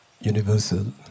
universal